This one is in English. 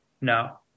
No